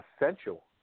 essential